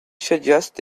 suggest